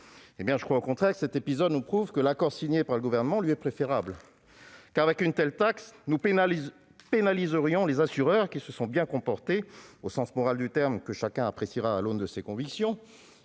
Je crois au contraire que cet épisode nous prouve que l'accord signé par le Gouvernement lui est préférable. Avec une telle taxe, nous pénaliserions les assureurs qui se sont bien comportés, au sens moral du terme- chacun appréciera à l'aune de ses convictions